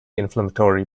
inflammatory